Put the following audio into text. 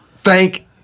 Thank